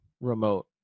remote